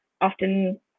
often